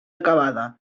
acabada